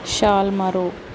ਛਾਲ ਮਾਰੋ